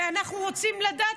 ואנחנו רוצים לדעת.